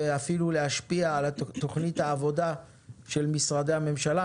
ואפילו להשפיע על תוכנית העבודה של משרדי הממשלה.